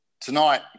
tonight